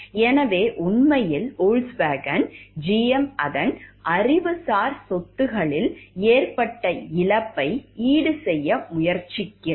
எனவே உண்மையில் Volkswagen GM அதன் அறிவுசார் சொத்துக்களில் ஏற்பட்ட இழப்பை ஈடுசெய்ய முயற்சிக்கிறது